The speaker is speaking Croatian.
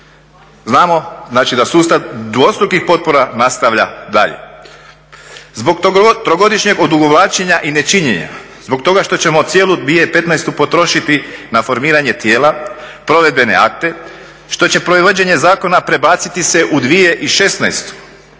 znači da sustav dvostrukih potpora nastavlja dalje. Zbog trogodišnjeg odugovlačenja i nečinjenja, zbog toga što ćemo cijelu 2015. potrošiti na formiranje tijela, provedbene akte, što će provođenje zakona prebaciti se u 2016.,